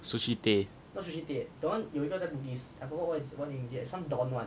Sushi Tei